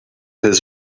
has